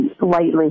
lightly